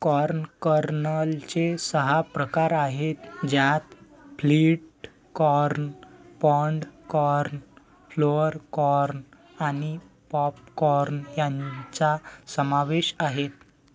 corn कर्नलचे सहा प्रकार आहेत ज्यात flint corn, pod corn, flour corn आणि पॉप कॉर्न यांचा समावेश आहे